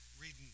reading